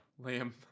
Liam